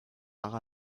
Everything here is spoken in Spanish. haga